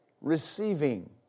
receiving